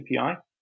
API